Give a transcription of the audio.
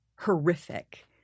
horrific